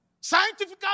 Scientifically